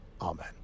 Amen